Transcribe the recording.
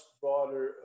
broader